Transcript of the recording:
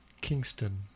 Kingston